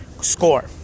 score